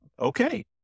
Okay